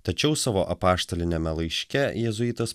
tačiau savo apaštaliniame laiške jėzuitas